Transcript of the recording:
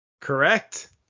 Correct